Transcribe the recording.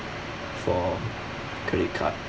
for credit card